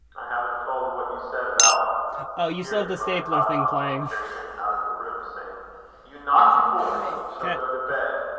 i haven't told what you said about here his mother caught him up, and carried him out of the room, saying you naughty boy! you shall go to bed.